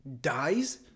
dies